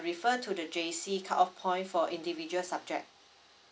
to the J_C cut off point for individual subject